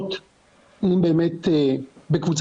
המערכת אז תוכל לא להביא אותם אמנם למרכז אבל תוכל לתת להם תשומת לב